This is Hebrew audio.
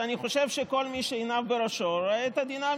אני חושב שכל מי שעיניו בראשו רואה את הדינמיקה,